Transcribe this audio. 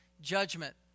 judgment